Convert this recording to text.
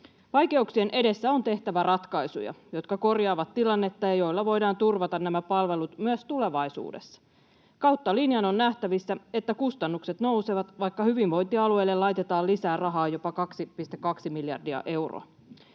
Vaikeuksien edessä on tehtävä ratkaisuja, jotka korjaavat tilannetta ja joilla voidaan turvata nämä palvelut myös tulevaisuudessa. Kautta linjan on nähtävissä, että kustannukset nousevat, vaikka hyvinvointialueille laitetaan lisää rahaa jopa 2,2 miljardia euroa.